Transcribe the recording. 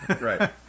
Right